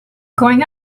going